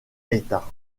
état